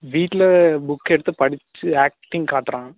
வீட்டில் புக்கு எடுத்து படிச்சு ஆக்டிங் காட்றான்